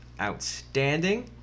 outstanding